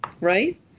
Right